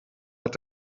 hat